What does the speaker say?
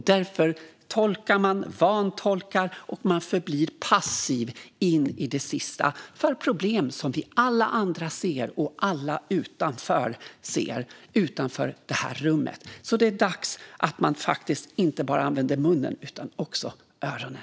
Därför tolkar och vantolkar man, och man förblir passiv in i det sista när det gäller problem som alla vi andra, och alla utanför det här rummet, ser. Det är dags att inte bara använda munnen utan också öronen.